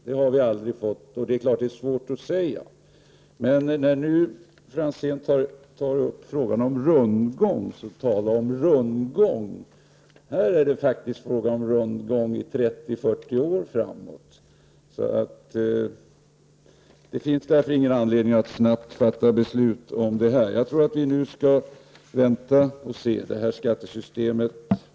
Det har vi aldrig fått något svar på, men det är ju svårt att säga. När nu Ivar Franzén har tagit upp frågan om rundgång så kan man säga: Tala om rundgång! Här är det faktiskt fråga om rundgång i 30-40 år framåt. Det finns därför inte någon anledning att snabbt fatta beslut i den här frågan. Jag tror att vi nu skall vänta och se.